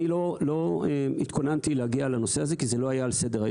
לא התכוננתי להגיע לנושא הזה כי זה לא היה על סדר-היום,